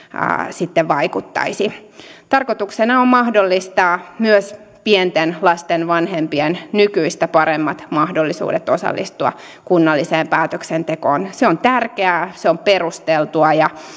sitten vaikuttaisi tarkoituksena on mahdollistaa myös pienten lasten vanhempien nykyistä paremmat mahdollisuudet osallistua kunnalliseen päätöksentekoon se on tärkeää se on perusteltua ja